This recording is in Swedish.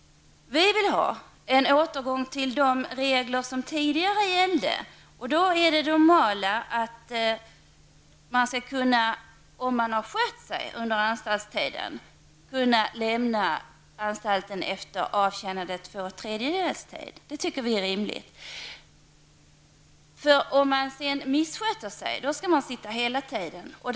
Vi vill ha en återgång till de regler som tidigare gällde. Det normala var då att man, om man hade skött sig under anstaltstiden, kunde lämna anstalten efter två tredjedelar av tiden -- det tycker vi är rimligt. Men om man missköter sig skall man avtjäna hela straffet.